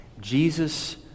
Jesus